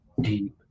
deep